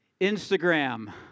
Instagram